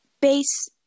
base